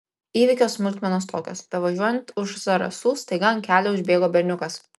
įvykio smulkmenos tokios bevažiuojant už zarasų staiga ant kelio užbėgo berniukas